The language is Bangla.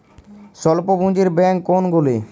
স্বল্প পুজিঁর ব্যাঙ্ক কোনগুলি?